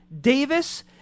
Davis